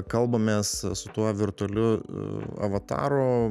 kalbamės su tuo virtualiu avataru